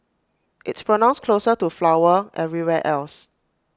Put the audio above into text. it's pronounced closer to flower everywhere else